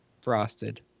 frosted